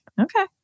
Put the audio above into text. okay